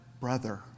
brother